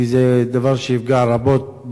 כי זה דבר שיפגע רבות,